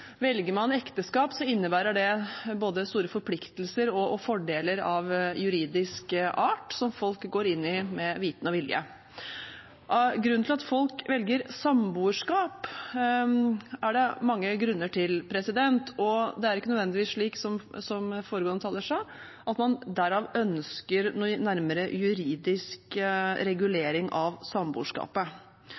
Velger man ekteskap, innebærer det både store forpliktelser og fordeler av juridisk art som folk går inn i med vitende og vilje. At folk velger samboerskap, er det mange grunner til, og det er ikke nødvendigvis slik, som også foregående taler sa, at man derav ønsker noen nærmere juridisk regulering av